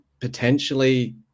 potentially